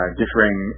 differing